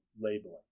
labeling